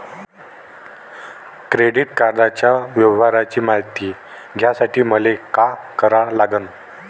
Credit कार्डाच्या व्यवहाराची मायती घ्यासाठी मले का करा लागन?